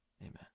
amen